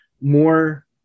more